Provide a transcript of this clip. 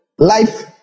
Life